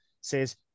says